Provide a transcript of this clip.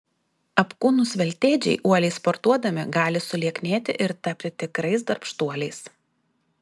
apkūnūs veltėdžiai uoliai sportuodami gali sulieknėti ir tapti tikrais darbštuoliais